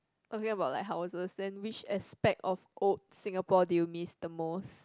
talking about like houses then which aspect of old Singapore did you miss the most